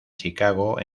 chicago